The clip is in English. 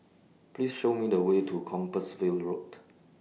Please Show Me The Way to Compassvale Road